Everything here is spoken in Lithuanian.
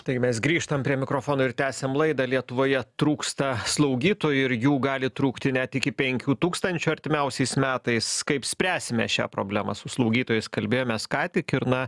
tai mes grįžtam prie mikrofono ir tęsiam laidą lietuvoje trūksta slaugytojų ir jų gali trūkti net iki penkių tūkstančių artimiausiais metais kaip spręsime šią problemą su slaugytojais kalbėjomės ką tik ir na